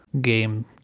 game